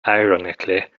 ironically